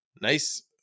nice